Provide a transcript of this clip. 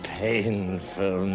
painful